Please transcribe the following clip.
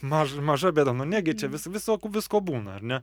maž maža bėda nu negi čia vis visokų visko būna ar ne